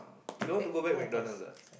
you don't want to go back McDonald's ah